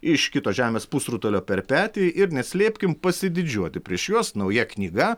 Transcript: iš kito žemės pusrutulio per petį ir neslėpkim pasididžiuoti prieš juos nauja knyga